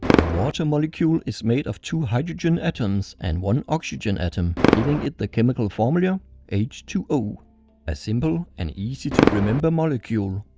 a water molecule is made of two hydrogen atoms and one oxygen atom giving it the chemical formula h two o a simple and easy to remember molecule.